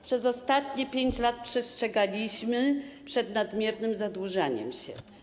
Przez ostatnie 5 lat przestrzegaliśmy przed nadmiernym zadłużaniem się.